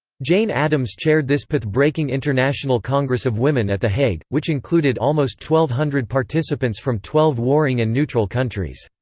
jane addams chaired this pathbreaking international congress of women at the hague, which included almost twelve hundred participants from twelve warring and neutral countries.